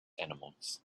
animals